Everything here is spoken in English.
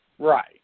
Right